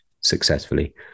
successfully